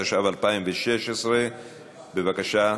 התשע"ז 2016. בבקשה,